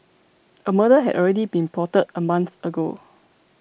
a murder had already been plotted a month ago